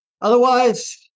Otherwise